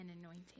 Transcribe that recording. anointing